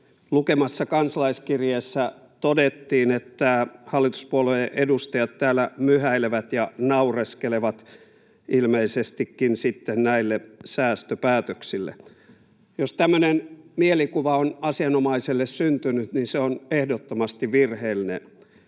lukemassa kansalaiskirjeessä todettiin, että hallituspuolueiden edustajat täällä myhäilevät ja naureskelevat ilmeisestikin sitten näille säästöpäätöksille. Jos tämmöinen mielikuva on asianomaiselle syntynyt, niin se on ehdottomasti virheellinen.